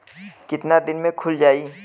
कितना दिन में खुल जाई?